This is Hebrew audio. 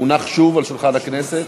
שהונח שוב על שולחן הכנסת.